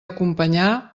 acompanyar